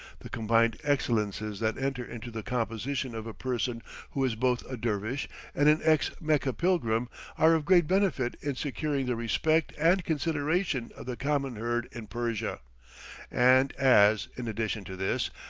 the combined excellences that enter into the composition of a person who is both a dervish and an ex-mecca pilgrim are of great benefit in securing the respect and consideration of the common herd in persia and as, in addition to this,